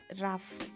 rough